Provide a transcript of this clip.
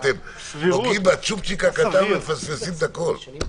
אתם נוגעים בצ'ופצ'יק הקטן, מפספסים את הכול.